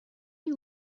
you